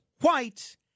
white